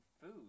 food